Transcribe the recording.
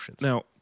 Now